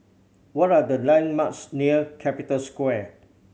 what are the landmarks near Capital Square